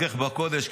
כדרכך בקודש,